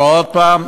ועוד הפעם,